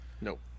nope